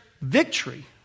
victory